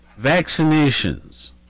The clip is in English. Vaccinations